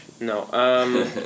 No